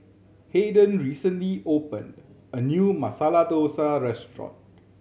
Hayden recently opened a new Masala Dosa Restaurant